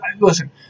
listen